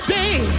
day